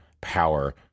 power